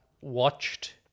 watched